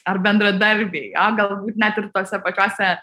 ar bendradarbiai o galbūt net ir tose pačiose